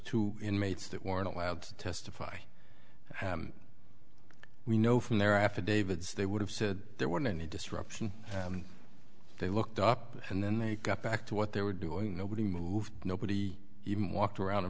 two inmates that weren't allowed to testify we know from their affidavits they would have said there weren't any disruption and they looked up and then they got back to what they were doing nobody moved nobody even walked around the